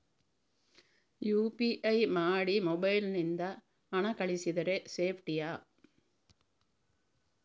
UPI ಮಾಡಿ mobile ನಿಂದ ಹಣ ಕಳಿಸಿದರೆ ಸೇಪ್ಟಿಯಾ?